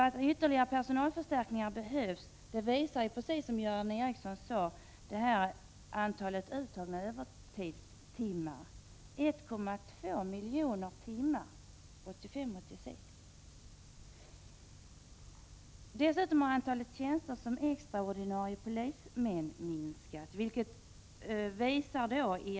Att ytterligare personalförstärkningar behövs visar, som Göran Ericsson sade, antalet övertidstimmar, 1,2 miljoner timmar 1985/86. Dessutom har antalet tjänster som extraordinarie polisman minskat.